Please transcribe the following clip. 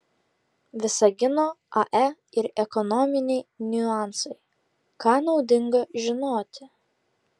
visagino ae ir ekonominiai niuansai ką naudinga žinoti